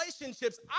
relationships